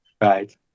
Right